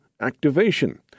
activation